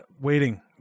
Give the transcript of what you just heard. Waiting